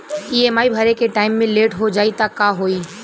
EMI भरे के time मे लेट हो जायी त का होई?